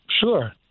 Sure